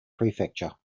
prefecture